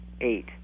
eight